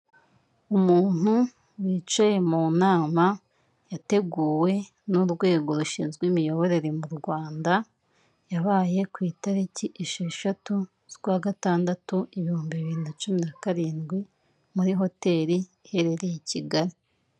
Umuntu wicaye mu nama yateguwe n'urwego rushinzwe imiyoborere mu Rwanda, yabaye ku itariki esheshatu z'ukwa gatandatu, ibihumbi bibiri na cumi na karindwi, muri hoteli iherereye i Kigali.